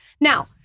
Now